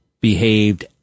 behaved